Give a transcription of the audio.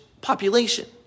population